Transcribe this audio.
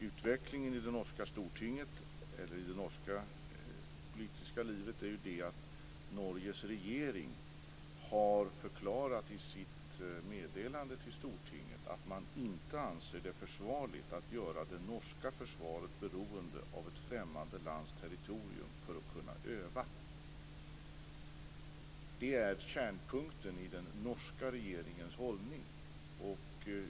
Utvecklingen i det norska politiska livet är ju den att Norges regering har förklarat i sitt meddelande till Stortinget att man inte anser det försvarligt att göra det norska försvaret beroende av ett främmande lands territorium för att kunna öva. Det är kärnpunkten i den norska regeringens hållning.